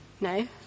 No